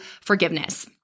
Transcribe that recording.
forgiveness